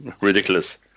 ridiculous